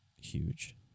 huge